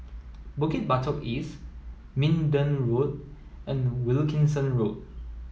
Bukit Batok East Minden Road and Wilkinson Road